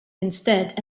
instead